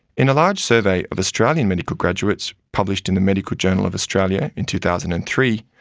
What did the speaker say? in a large survey of australian medical graduates published in the medical journey of australia in two thousand and three,